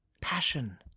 Passion